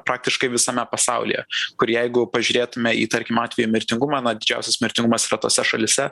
praktiškai visame pasaulyje kur jeigu pažiūrėtume į tarkim atvejų mirtingumą na didžiausias mirtingumas yra tose šalyse